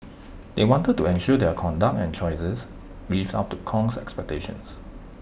they wanted to ensure their conduct and choices lived up to Kong's expectations